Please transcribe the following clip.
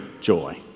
joy